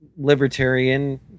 libertarian